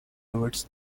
towards